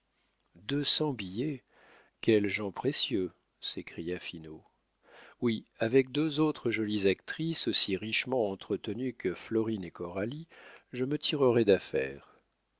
cents billets quels gens précieux s'écria finot oui avec deux autres jolies actrices aussi richement entretenues que florine et coralie je me tirerais d'affaire